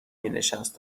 مینشست